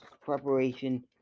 Preparation